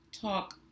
talk